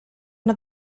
una